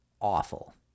awful